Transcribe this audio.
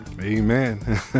Amen